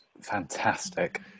fantastic